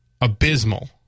abysmal